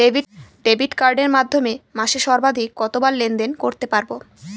Debit কার্ডের মাধ্যমে মাসে সর্বাধিক কতবার লেনদেন করতে পারবো?